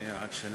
שלום לכם,